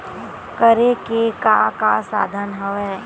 करे के का का साधन हवय?